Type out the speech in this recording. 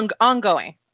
Ongoing